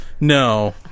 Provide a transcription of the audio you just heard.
no